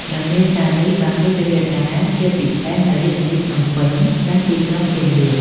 និន្នាការនេះបានរីករាលដាលជាពិសេសនៅរាជធានីភ្នំពេញ និងទីក្រុងសៀមរាប។